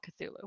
Cthulhu